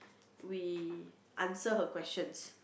we answer her questions